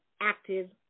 Active